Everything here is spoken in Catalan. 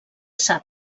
sap